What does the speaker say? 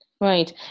Right